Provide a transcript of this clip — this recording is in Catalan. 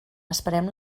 esperem